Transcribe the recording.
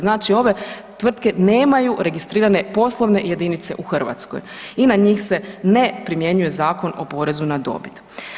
Znači ove tvrtke nemaju registrirane poslovne jedinice u Hrvatskoj i na njih se ne primjenjuje Zakon o porezu na dobit.